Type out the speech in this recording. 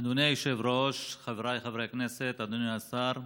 אדוני היושב-ראש, חבריי חברי הכנסת, אדוני השר,